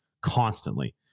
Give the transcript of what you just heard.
constantly